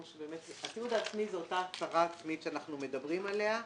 תיעוד עצמי זה אותה הצהרה עצמית שאנחנו מדברים עליה.